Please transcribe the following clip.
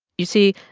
you see,